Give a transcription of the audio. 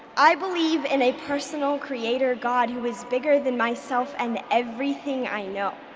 i believe in a personal creator god who is bigger than myself and everything i know,